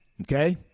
Okay